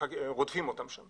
רודפים אותם שם.